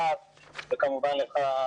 להב וכמובן לך,